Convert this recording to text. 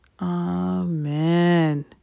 Amen